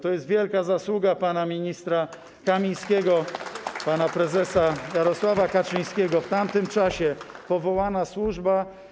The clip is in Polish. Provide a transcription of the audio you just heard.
To jest wielka zasługa pana ministra Kamińskiego, pana prezesa Jarosława Kaczyńskiego - w tamtym czasie powołana służba.